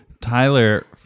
Tyler